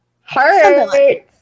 Heart